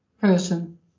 person